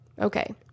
Okay